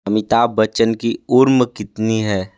अमिताभ बच्चन की उम्र कितनी है